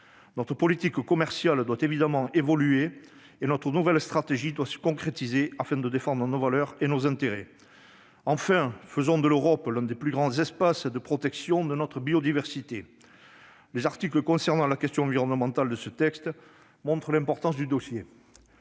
Notre politique commerciale doit évidemment évoluer et notre nouvelle stratégie doit se concrétiser afin de défendre nos valeurs et nos intérêts. Enfin, faisons de l'Europe l'un des plus grands espaces de protection de notre biodiversité. Les articles de ce texte concernant la question environnementale montrent l'importance du dossier.